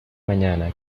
mañana